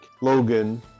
Logan